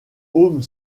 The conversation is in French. home